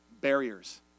barriers